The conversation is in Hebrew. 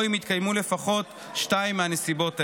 או אם התקיימו לפחות שתיים מהנסיבות האלה: